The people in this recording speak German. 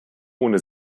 ohne